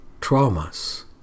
Traumas